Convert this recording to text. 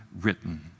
written